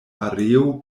areo